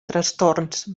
trastorns